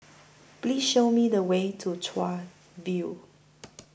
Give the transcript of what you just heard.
Please Show Me The Way to Chuan View